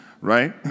right